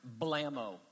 blammo